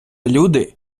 люди